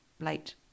late